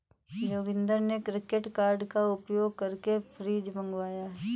जोगिंदर ने credit card का उपयोग करके फ्रिज मंगवाया